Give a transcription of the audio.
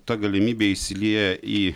ta galimybė įsilieja į